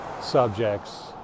subjects